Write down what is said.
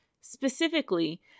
specifically